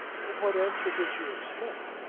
what answer did you expect?